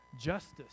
Justice